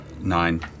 Nine